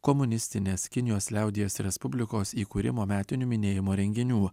komunistinės kinijos liaudies respublikos įkūrimo metinių minėjimo renginių